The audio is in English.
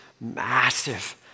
massive